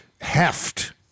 heft